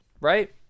right